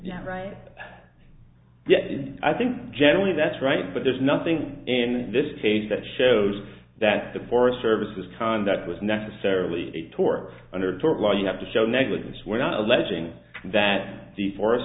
yeah right yes i think generally that's right but there's nothing in this case that shows that the forest service was kind that was necessarily a tort under tort law you have to show negligence we're not alleging that the forest